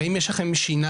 האם יש לכם שיניים?